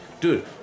dude